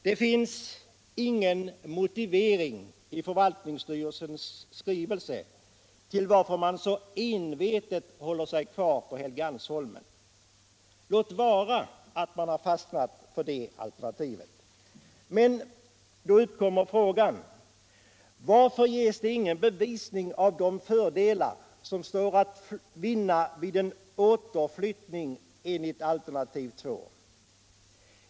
I förvaltningsstyrelsens skrivelse finns ingen motivering till varför man envetet håller sig kvar på Helgeandsholmen. Låt vara att man har fastnat för det alternativet. Men då återkommer frågan: Varför ges det ingen bevisning av de fördelar som står att vinna vid en återflyttning enligt alternativ 2?